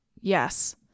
Yes